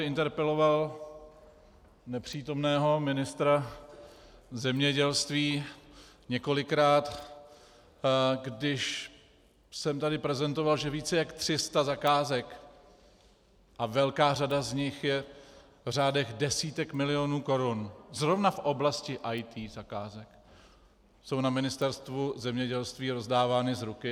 Interpeloval jsem tady nepřítomného ministra zemědělství několikrát, když jsem tady prezentoval, že více než tři sta zakázek, a velká řada z nich je v řádech desítek milionů korun zrovna v oblasti IT zakázek, jsou na Ministerstvu zemědělství rozdávány z ruky.